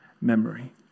memory